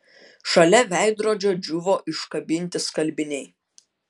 šalia veidrodžio džiūvo iškabinti skalbiniai